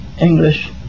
English